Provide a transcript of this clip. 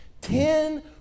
Ten